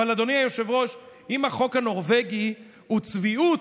אבל אדוני היושב-ראש, אם החוק הנורבגי הוא צביעות,